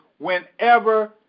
Whenever